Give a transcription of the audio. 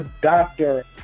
doctor